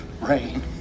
Rain